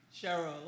Cheryl